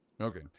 Okay